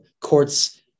Courts